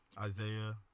Isaiah